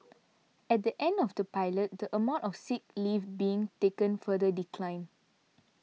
at the end of the pilot the amount of sick leave being taken further declined